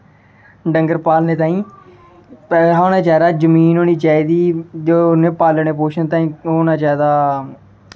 डंगर पालने ताहीं पैसा होना चाहिदा जमीन होनी चाहिदी ते उ'नें गी पालन पोषण ताहीं ओह् होना चाहिदा